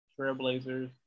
Trailblazers